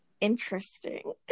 Interesting